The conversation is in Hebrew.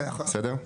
בסדר?